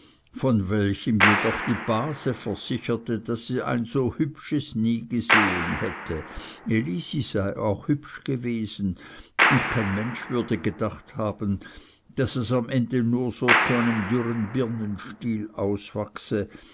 von welchem jedoch die base versicherte daß sie ein so hübsches nie gesehen hätte elisi sei auch hübsch gewesen und kein mensch würde gedacht haben daß es am ende nur so zu einem dürren birnenstiel auswachse